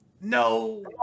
no